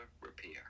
Repair